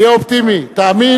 תאמין.